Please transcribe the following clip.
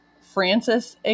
Francis